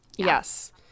Yes